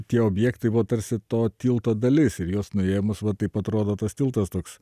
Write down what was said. tie objektai buvo tarsi to tilto dalis ir juos nuėmus va taip atrodo tas tiltas toks